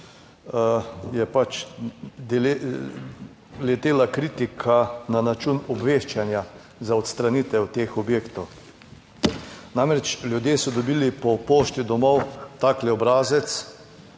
je pač letela kritika na račun obveščanja za odstranitev teh objektov. Namreč ljudje so dobili po pošti domov tak obrazec,